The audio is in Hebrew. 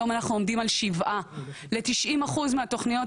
היום אנחנו עובדים על 7%. ל-90% מהתוכניות